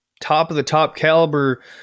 top-of-the-top-caliber